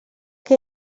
que